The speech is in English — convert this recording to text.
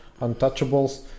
untouchables